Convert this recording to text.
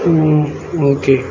okay